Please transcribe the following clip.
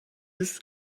yüz